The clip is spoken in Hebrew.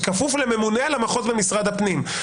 הן כפופות לממונה על המחוז במשרד הפנים.